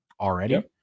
already